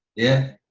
yeah,